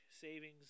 savings